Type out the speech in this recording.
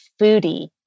foodie